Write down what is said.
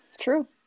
True